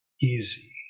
easy